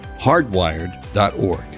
hardwired.org